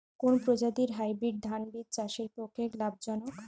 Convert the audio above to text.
কোন প্রজাতীর হাইব্রিড ধান বীজ চাষের পক্ষে লাভজনক?